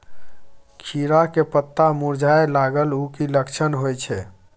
खीरा के पत्ता मुरझाय लागल उ कि लक्षण होय छै?